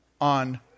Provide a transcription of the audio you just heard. on